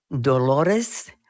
Dolores